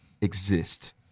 exist